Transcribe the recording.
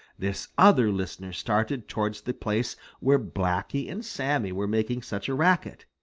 this other listener started towards the place where blacky and sammy were making such a racket.